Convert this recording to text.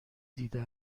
دیده